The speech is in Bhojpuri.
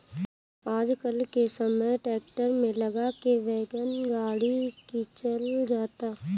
आजकल के समय ट्रैक्टर में लगा के वैगन गाड़ी खिंचल जाता